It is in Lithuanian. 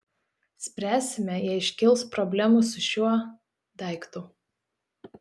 spręsime jei iškils problemų su šiuo daiktu